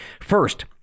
First